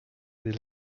des